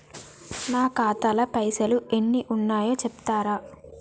నా ఖాతా లా పైసల్ ఎన్ని ఉన్నాయో చెప్తరా?